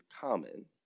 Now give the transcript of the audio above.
common